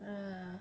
err